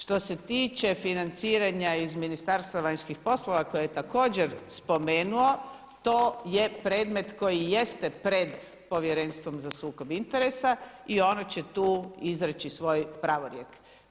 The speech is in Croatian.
Što se tiče financiranja iz Ministarstva vanjskih poslova koje je također spomenuo to je predmet koji jeste pred Povjerenstvom za sukob interesa i ono će tu izreći svoj pravorijek.